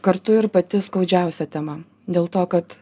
kartu ir pati skaudžiausia tema dėl to kad